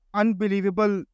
unbelievable